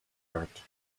art